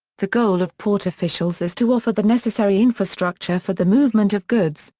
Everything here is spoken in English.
the goal of port officials is to offer the necessary infrastructure for the movement of goods,